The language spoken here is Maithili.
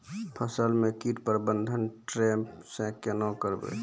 फसल म कीट प्रबंधन ट्रेप से केना करबै?